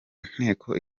nteko